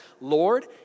Lord